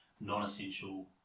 non-essential